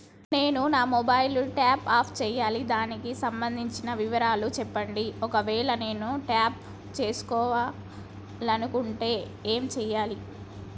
నేను నా mobile top up చేయాలి దానికి సంబంధించిన వివరాలు చెప్పండి ఒకవేళ నేను టాప్ చేసుకోవాలనుకుంటే ఏం చేయాలి?